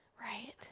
right